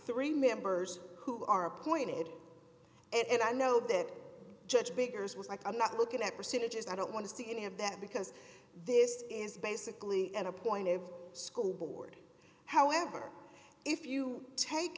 three members who are appointed and i know that judge biggers was like i'm not looking at percentages i don't want to see any of that because this is basically an appointed school board however if you take